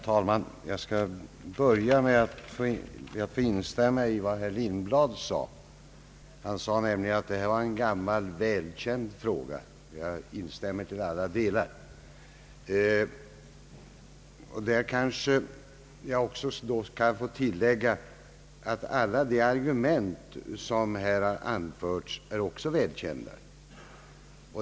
Herr talman! Jag skall börja med att instämma i vad herr Lindblad sade, nämligen att detta är en gammal välkänd fråga. Däri instämmer jag till alla delar. Jag kanske kan få tillägga att alla de argument som här har anförts också är välkända.